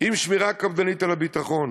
עם שמירה קפדנית על הביטחון.